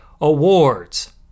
awards